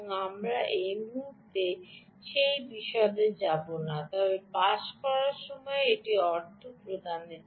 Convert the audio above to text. আমরা এই মুহুর্তে সেই বিশদে যাব না তবে পাস করার সময় এটি অর্থ প্রদানের জন্য